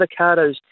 avocados